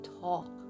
talk